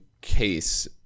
case